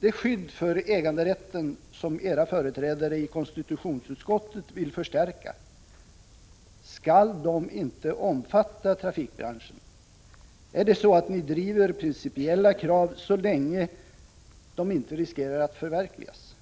Det skydd för äganderätten som era företrädare i konstitutionsutskottet vill förstärka, skall det inte omfatta trafikbranschen? Är det så att ni driver principiella krav så länge de inte riskerar att förverkligas?